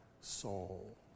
soul